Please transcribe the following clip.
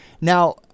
Now